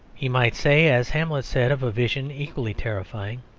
he might say, as hamlet said of a vision equally terrifying,